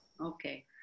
Okay